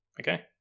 Okay